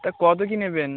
তা কত কী নেবেন